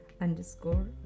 underscore